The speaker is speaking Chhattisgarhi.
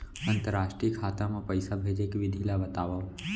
अंतरराष्ट्रीय खाता मा पइसा भेजे के विधि ला बतावव?